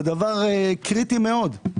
זה דבר קריטי מאוד.